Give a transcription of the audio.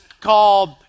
called